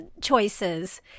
choices